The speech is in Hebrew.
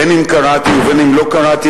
בין שקראתי ובין שלא קראתי,